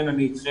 כן, אני אתכם.